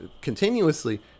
continuously